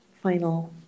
final